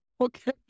okay